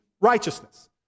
righteousness